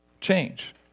change